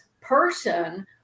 person